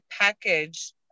package